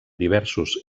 diversos